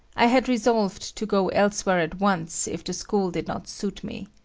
i had resolved to go elsewhere at once if the school did not suit me.